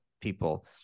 people